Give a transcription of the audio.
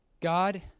God